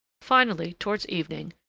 finally, towards evening,